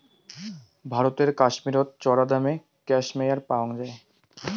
ভারতের কাশ্মীরত চরাদামে ক্যাশমেয়ার পাওয়াং যাই